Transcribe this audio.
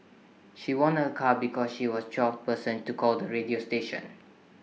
she won A car because she was the twelfth person to call the radio station